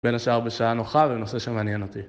בין השאר בשעה נוחה בנושא שמעניין אותי.